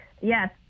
Yes